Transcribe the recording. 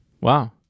Wow